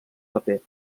paper